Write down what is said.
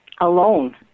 alone